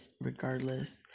regardless